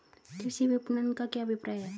कृषि विपणन का क्या अभिप्राय है?